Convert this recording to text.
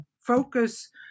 focus